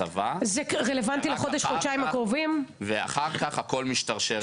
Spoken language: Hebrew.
לצבא, ואחר כך הכול משתרשר.